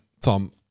Tom